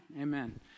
Amen